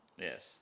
Yes